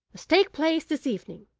must take place this evening